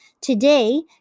Today